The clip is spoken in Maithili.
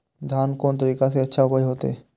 धान कोन तरीका से अच्छा उपज होते?